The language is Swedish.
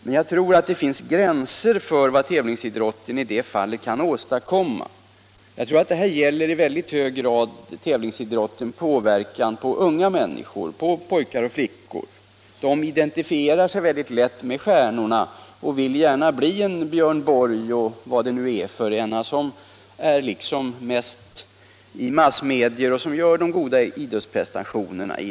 Men jag anser att det finns gränser för vad tävlingsidrotten i detta fall kan åstadkomma. Detta gäller i mycket hög grad tävlingsidrottens inverkan på unga människor, pojkar och flickor. De identifierar sig lätt med stjärnorna och vill gärna bli en Björn Borg eller någon annan av dem som syns mest i massmedia och som gör de resultatmässigt goda idrottsprestationerna.